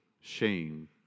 shame